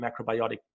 macrobiotic